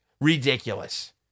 Ridiculous